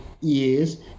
years